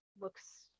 looks